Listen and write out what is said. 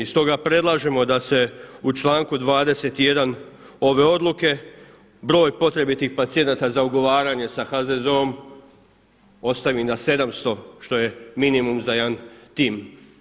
Stoga predlažemo da se u članku 21 ove odluke broj potrebitih pacijenata za ugovaranje sa HZZO-om ostavi na 700 što je minimum za jedan tim.